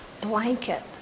blanket